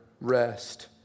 rest